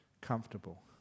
comfortable